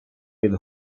від